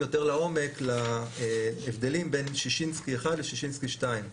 ליותר לעומק להבדלים בין שישינסקי 1 לשישינסקי 2,